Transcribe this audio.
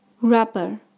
Rubber